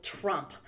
Trump